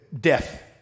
death